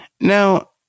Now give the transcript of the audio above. Now